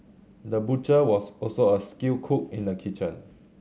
the butcher was also a skilled cook in the kitchen